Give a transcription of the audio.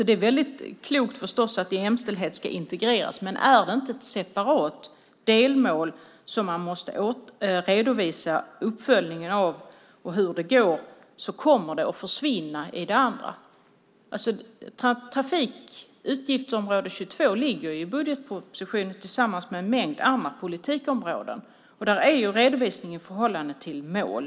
Det är förstås klokt att jämställdhet ska integreras, men om det inte blir fråga om ett separat delmål där en uppföljning ska redovisas och hur det går kommer frågan att försvinna i det övriga. Utgiftsområde 22 i budgetpropositionen ligger tillsammans med en mängd andra politikområden. Där är redovisningen i förhållande till mål.